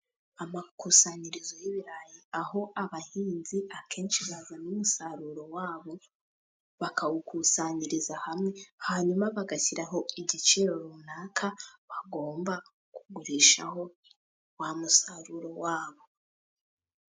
Amakusanyirizo y'ibirayi aho abahinzi akenshi bazana umusaruro wabo bakawukusanyiriza hamwe, hanyuma bagashyiraho igiciro runaka bagomba kugurishaho wa musaruro wabo.